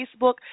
Facebook